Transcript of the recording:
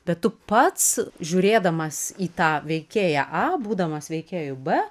bet tu pats žiūrėdamas į tą veikėją a būdamas veikėju b